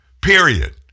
Period